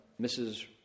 Mrs